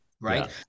right